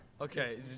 Okay